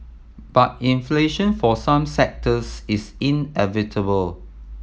but inflation for some sectors is inevitable